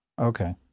Okay